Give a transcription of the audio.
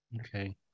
Okay